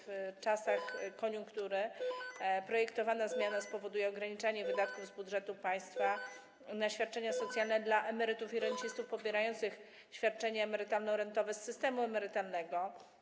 W czasach koniunktury projektowana zmiana spowoduje ograniczanie wydatków z budżetu państwa na świadczenia socjalne dla emerytów i rencistów pobierających świadczenia emerytalno-rentowe z systemu emerytalnego.